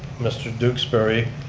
mr. duxbury,